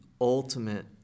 ultimate